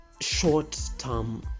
short-term